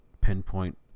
pinpoint